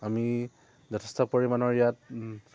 আমি যথেষ্ট পৰিমাণৰ ইয়াত